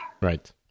Right